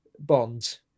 bond